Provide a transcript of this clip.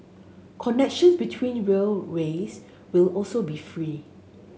connection between rail ways will also be free